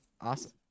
Awesome